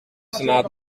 senaat